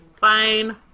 Fine